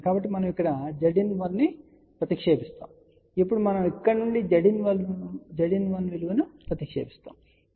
కాబట్టి మనం ఇక్కడ Zin1 ను ప్రతిక్షేపిస్తాము మరియు ఇప్పుడు మనం ఇక్కడ నుండి Zin1 విలువను ప్రతిక్షేపిస్తాము